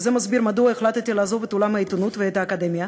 וזה מסביר מדוע החלטתי לעזוב את עולם העיתונות ואת האקדמיה,